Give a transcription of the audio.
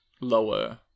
lower